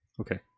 okay